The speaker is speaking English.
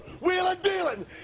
wheeling-dealing